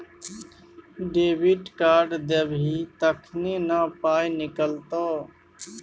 debit card देबही तखने न पाइ निकलतौ